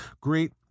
great